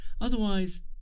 otherwise